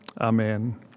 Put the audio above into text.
Amen